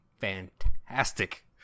fantastic